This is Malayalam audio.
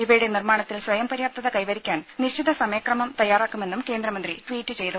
ഇവയുടെ നിർമ്മാണത്തിൽ സ്വയം പര്യാപ്ത കൈവരിക്കാൻ നിശ്ചിത സമയക്രമം തയ്യാറാക്കുമെന്നും കേന്ദ്രമന്ത്രി ട്വീറ്റ് ചെയ്തു